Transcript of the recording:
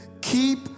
keep